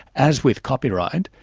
as with copyright,